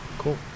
Cool